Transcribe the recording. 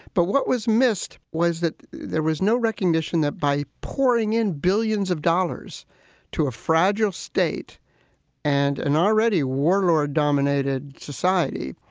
but what was missed was that there was no recognition that by pouring in billions of dollars to a fragile state and an already warlord dominated society,